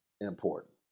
important